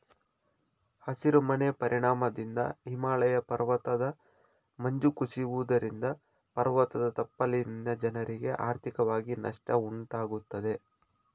ಹಸಿರು ಮನೆ ಪರಿಣಾಮದಿಂದ ಹಿಮಾಲಯ ಪರ್ವತದ ಮಂಜು ಕುಸಿಯುವುದರಿಂದ ಪರ್ವತದ ತಪ್ಪಲಿನ ಜನರಿಗೆ ಆರ್ಥಿಕವಾಗಿ ನಷ್ಟ ಉಂಟಾಗುತ್ತದೆ